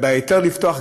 ובהיתר לפתוח,